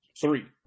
three